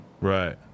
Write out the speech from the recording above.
Right